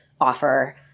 offer